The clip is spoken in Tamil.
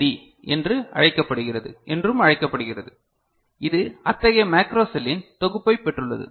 டி என்றும் அழைக்கப்படுகிறது இது அத்தகைய மேக்ரோ செல்லின் தொகுப்பைப் பெற்றுள்ளது